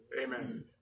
Amen